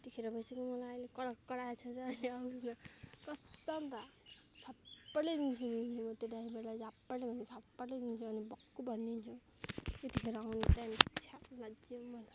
यति खेर भइसक्यो मलाई आहिले कराएको कराएकै छन् र अहिले आओस् न भए कसम भयो थप्पडले दिनु नि म् त्यो ड्राइभरलाई झापडले भने दिन्छु झापडले दिन्छु अनि भक्कु भनिदिन्छु यतिखेर आउने टाइम हो छ्या भन्छु म